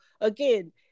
again